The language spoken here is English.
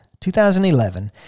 2011